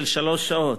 של שלוש שעות.